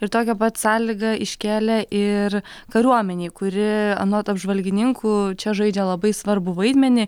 ir tokią pat sąlygą iškėlė ir kariuomenei kuri anot apžvalgininkų čia žaidžia labai svarbų vaidmenį